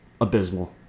abysmal